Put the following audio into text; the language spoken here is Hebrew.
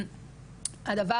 הדבר